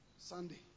sunday